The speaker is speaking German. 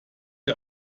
der